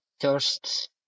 first